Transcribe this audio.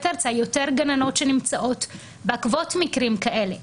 תרצה יותר גננות שנמצאות בעקבות מקרים כאלה.